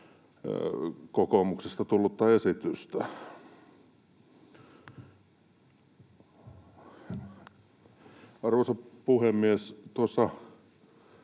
kokoomuksesta tullutta esitystä. Arvoisa puhemies! Tuossa